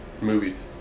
Movies